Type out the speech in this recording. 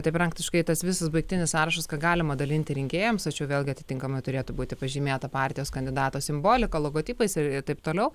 tai praktiškai tas visas baigtinis sąrašas ką galima dalinti rinkėjams tačiau vėl gi atitinkamai turėtų būti pažymėta partijos kandidato simbolika logotipais ir taip toliau